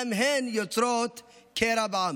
גם הן יוצרות קרע בעם.